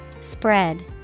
Spread